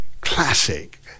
classic